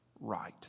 right